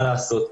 מה לעשות.